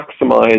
maximize